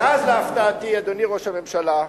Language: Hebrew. ואז, להפתעתי, אדוני ראש הממשלה,